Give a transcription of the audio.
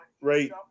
right